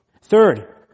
Third